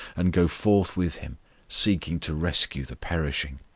and go forth with him seeking to rescue the perishing!